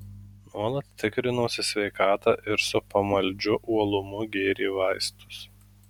nuolat tikrinosi sveikatą ir su pamaldžiu uolumu gėrė vaistus